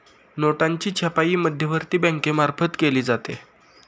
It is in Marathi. नोटांची छपाई मध्यवर्ती बँकेमार्फत केली जाते